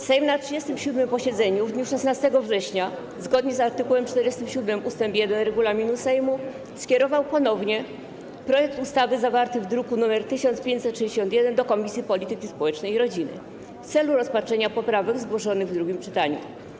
Sejm na 37. posiedzeniu w dniu 16 września, zgodnie z art. 47 ust. 1 regulaminu Sejmu, skierował ponownie projekt ustawy zawarty w druku nr 1561 do Komisji Polityki Społecznej i Rodziny w celu rozpatrzenia poprawek zgłoszonych w drugim czytaniu.